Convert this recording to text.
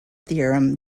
theorem